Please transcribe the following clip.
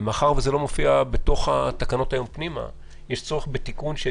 מאחר וזה לא מופיע בתקנות שמובאות בפנינו היום,